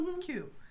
cute